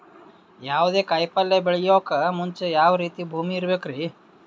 ಯಾವುದೇ ಕಾಯಿ ಪಲ್ಯ ಬೆಳೆಯೋಕ್ ಮುಂಚೆ ಯಾವ ರೀತಿ ಭೂಮಿ ಇರಬೇಕ್ರಿ?